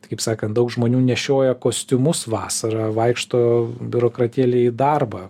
tai kaip sakant daug žmonių nešioja kostiumus vasarą vaikšto biurokratėliai į darbą